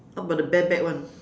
how about the bare back one